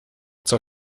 zur